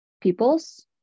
peoples